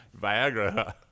Viagra